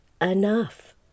Enough